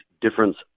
difference